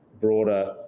broader